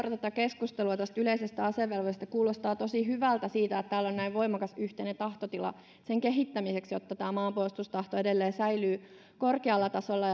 tätä keskustelua tästä yleisestä asevelvollisuudesta kuulostaa tosi hyvältä että täällä on näin voimakas yhteinen tahtotila sen kehittämiseksi jotta tämä maanpuolustustahto edelleen säilyy korkealla tasolla